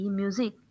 music